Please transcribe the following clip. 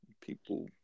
people